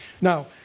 Now